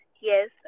Yes